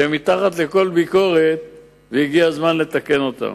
שהן מתחת לכל ביקורת והגיע הזמן לתקן אותן.